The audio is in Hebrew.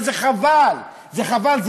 וזה חבל, זה חבל.